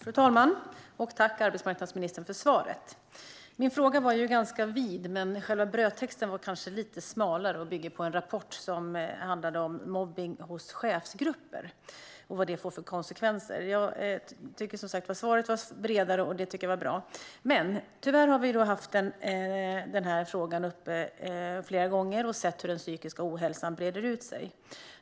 Fru talman! Jag tackar arbetsmarknadsministern för svaret. Min fråga var ganska vid, men själva brödtexten var kanske lite smalare och bygger på en rapport som handlar om mobbning hos chefsgrupper och vad det får för konsekvenser. Svaret var bredare, vilket jag tycker var bra. Tyvärr har vi haft denna fråga uppe flera gånger och sett hur den psykiska ohälsan breder ut sig.